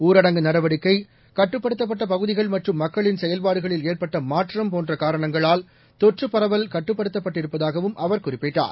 ஊரடங்கு நடவடிக்கை கடுடுப்படுத்தப்பட்ட பகுதிகள் மற்றும் மக்களின் செயல்பாடுகளில் ஏற்பட்ட மாற்றம் போன்ற கட்டுப்படுத்தப்பட்டிருப்பதாகவும் அவர் குறிப்பிட்டார்